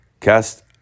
cast